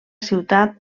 ciutat